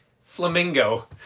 Flamingo